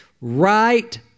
Right